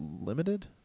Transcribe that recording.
limited